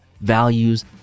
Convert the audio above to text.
values